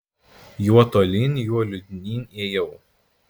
juo tolyn juo liūdnyn ėjau